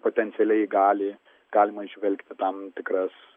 potencialiai gali galima įžvelgti tam tikras